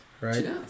right